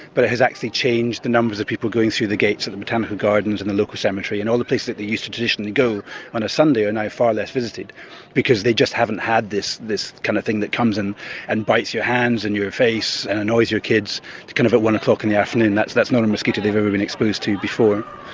but it has actually changed the numbers of people going through the gates at the botanical gardens and the local cemetery, and all the places that they used to traditionally go on a sunday are now far less visited because they just haven't had this this kind of thing that comes and and bites your hands and your face and annoys your kids kind of at one o'clock in the afternoon, that's that's not a mosquito they've ever been exposed to before.